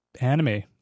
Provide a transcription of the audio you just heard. anime